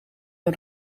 een